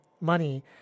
money